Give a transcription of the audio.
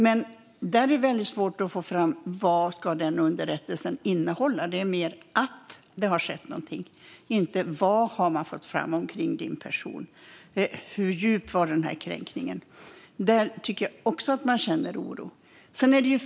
Det är dock svårt att få fram vad denna underrättelse ska innehålla; det är mer att det har skett något, inte vad som har tagits fram kring en person. Hur djup var kränkningen? Här känner jag också oro.